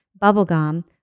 bubblegum